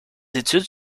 études